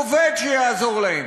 שלפעמים צריכים להעסיק עובד שיעזור להם,